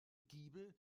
giebel